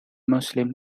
muslim